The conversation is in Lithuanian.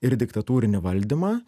ir diktatūrinį valdymą